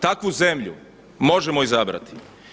Takvu zemlju možemo izabrati.